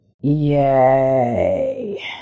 Yay